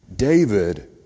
David